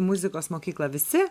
muzikos mokyklą visi